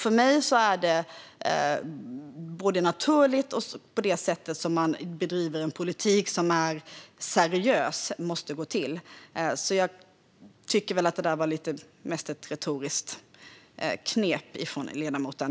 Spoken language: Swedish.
För mig är det naturligt att det är så det måste gå till att bedriva en politik som är seriös, så jag tycker nog att det mest var ett retoriskt knep från ledamoten.